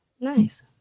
Nice